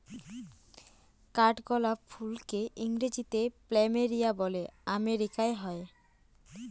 কাঠগোলাপ ফুলকে ইংরেজিতে প্ল্যামেরিয়া বলে আমেরিকায় হয়